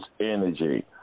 energy